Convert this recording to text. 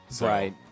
Right